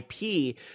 IP